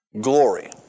Glory